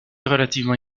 relativement